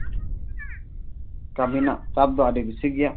ᱠᱟᱹᱢᱤ ᱨᱮᱱᱟᱜ ᱪᱟᱯ ᱫᱚ ᱟᱹᱰᱤ ᱵᱮᱥᱤ ᱜᱮᱭᱟ